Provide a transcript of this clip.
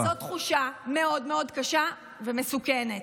וזאת תחושה מאוד מאוד קשה ומסוכנת.